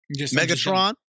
Megatron